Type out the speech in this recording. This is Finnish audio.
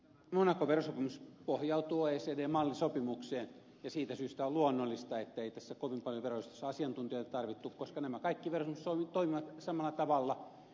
monacon verosopimus pohjautuu oecdn mallisopimukseen ja siitä syystä on luonnollista ettei tässä kovin paljon verotusasiantuntijoita tarvittu koska nämä kaikki verosopimukset toimivat samalla tavalla